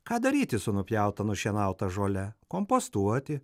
ką daryti su nupjauta nušienauta žole kompostuoti